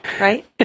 right